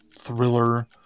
thriller